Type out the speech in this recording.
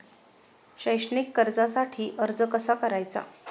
शैक्षणिक कर्जासाठी अर्ज कसा करायचा?